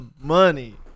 money